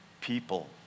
people